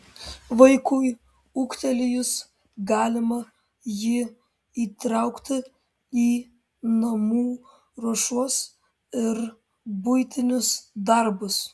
vaikui ūgtelėjus galima jį įtraukti į namų ruošos ir buitinius darbus